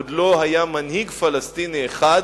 עוד לא היה מנהיג פלסטיני אחד,